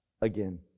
again